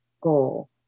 goal